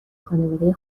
خانواده